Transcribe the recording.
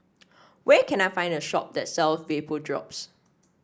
where can I find a shop that sells Vapodrops